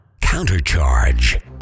Counter-Charge